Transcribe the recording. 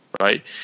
right